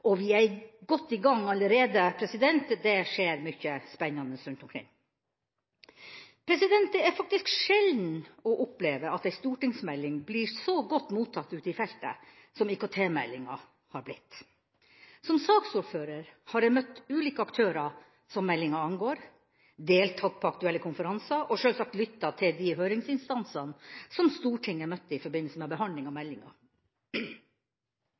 omsorgssektoren. Vi er godt i gang allerede. Det skjer mye spennende rundt omkring. Det er faktisk sjelden å oppleve at en stortingsmelding blir så godt mottatt ute i feltet som IKT-meldinga har blitt. Som saksordfører har jeg møtt ulike aktører som meldinga angår, deltatt på aktuelle konferanser og sjølsagt lyttet til de høringsinstansene som Stortinget møtte i forbindelse med behandling av meldinga.